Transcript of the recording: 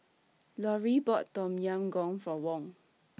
Lauri bought Tom Yam Goong For Wong